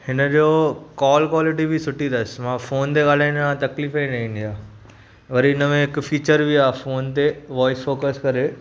हिन जो call quality बि सुठी अथसि मां फ़ोन ते ॻाल्हाईंदो आहियां तकलीफ़ु ई न ईंदी आहे वरी हिन में हिकु फीचर बि आहे फ़ोन ते वोइस फोकस करे